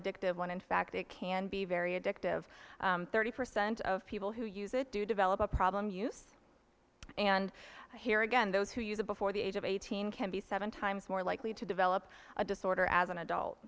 addictive when in fact it can be very addictive thirty percent of people who use it do develop a problem use and here again those who use a before the age of eighteen can be seven times more likely to develop a disorder as an adult